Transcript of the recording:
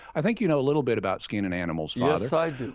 i think you know a little bit about skinning animals. yes, i